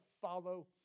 follow